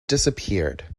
disappeared